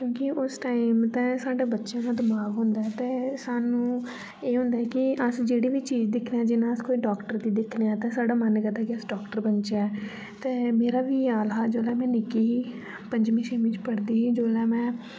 क्युं की उस टाइम ते साढ़े बच्चें आह्ला दिमाग होंदा ऐ ते सानु एह् होंदा कि अस जेह्ड़ी बी चीज दिक्खी जियां अस कोई डाक्टर गी दिक्खनेआ ते साढ़ा मन करदा कि अस डाक्टर बनचै ते मेरा बी इयै हाल हा जोल्लै में निक्की ही पंजमी छेमी च पढ़दी ही जोल्लै में